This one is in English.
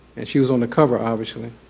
and she was on the cover, obviously.